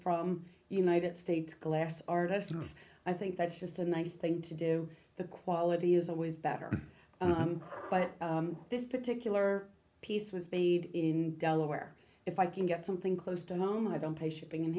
from united states glass artists i think that's just a nice thing to do the quality is always better but this particular piece was bathed in delaware if i can get something close to home i don't pay shipping and